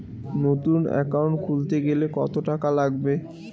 নতুন একাউন্ট খুলতে গেলে কত টাকা লাগবে?